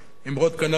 אמרות כנף של